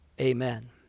Amen